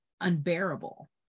unbearable